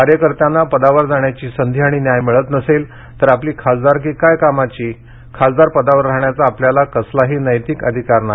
कार्यकर्त्यांना पदावर जाण्याची संधी आणि न्याय मिळत नसेल तर आपली खासदारकी काय कामाची खासदार पदावर राहण्याचा आपल्याला कसलाही नैतीक अधिकार नाही